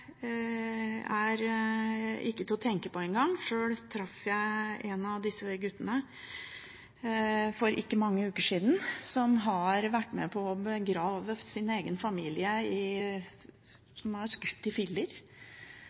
ikke engang er til å tenke på. Sjøl traff jeg en av disse guttene for ikke mange uker siden. Han hadde vært med på å begrave sin egen familie som var skutt i filler.